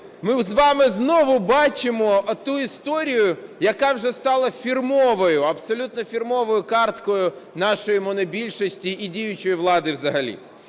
ми з вами знову бачимо ту історію, яка вже стала фірмовою, абсолютно фірмовою карткою нашої монобільшості і діючої влади взагалі.